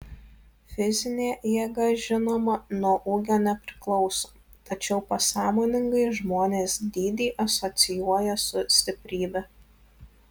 fizinė jėga žinoma nuo ūgio nepriklauso tačiau pasąmoningai žmonės dydį asocijuoja su stiprybe